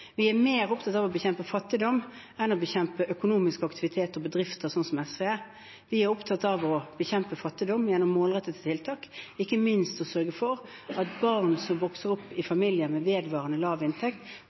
Vi er mer opptatt av å bekjempe fattigdom enn å bekjempe økonomisk aktivitet og bedrifter, slik SV er. Vi er opptatt av å bekjempe fattigdom gjennom målrettede tiltak, ikke minst ved å sørge for at barn som vokser opp i